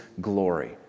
glory